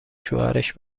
شوهرش